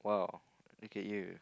!wow! look at you